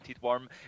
Worm